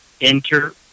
enter